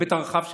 בהיבט הרחב שלה.